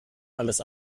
alles